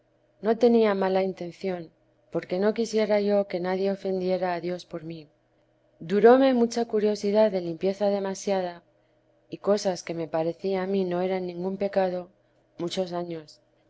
no tenía mala intención porque no quisiera yo que nadie ofendiera a dios por mí duróme mucha curiosidad de limpieza demasiada y cosas que me parecía a mí no eran ningún pecado muchos años